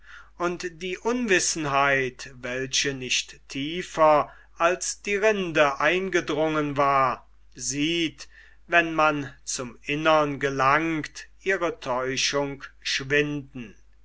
und die unwissenheit welche nicht tiefer als die rinde eingedrungen war sieht wann man zum innern gelangt ihre täuschung schwinden